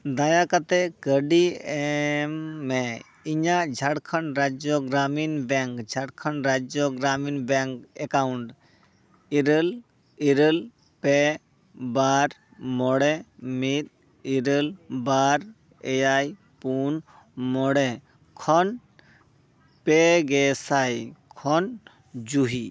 ᱫᱟᱭᱟ ᱠᱟᱛᱮᱫ ᱠᱟᱣᱰᱤ ᱮᱢ ᱢᱮ ᱤᱧᱟᱹᱜ Jharkhand Rajya Gramin bank Jharkhand Rajya Gramin bank account ᱤᱨᱟᱹᱞ ᱤᱨᱟᱹᱞ ᱯᱮ ᱵᱟᱨ ᱢᱚᱬᱮ ᱢᱤᱫ ᱤᱨᱟᱹᱞ ᱵᱟᱨ ᱮᱭᱟᱭ ᱯᱩᱱ ᱢᱚᱬᱮ ᱠᱷᱚᱱ ᱯᱮ ᱜᱮᱥᱟᱭ ᱠᱷᱚᱱ ᱡᱩᱦᱤ